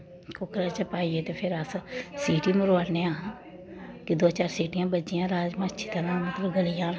कुक्करा च पाइयै ते फिर अस सीटी मरोआने आं कि दो चार सीटियां बज्जी जान राजमा अच्छी तरह् मतलब गली जान